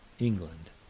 england,